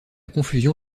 confusion